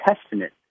Testament